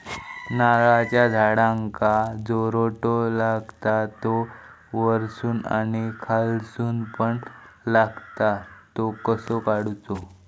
नारळाच्या झाडांका जो रोटो लागता तो वर्सून आणि खालसून पण लागता तो कसो काडूचो?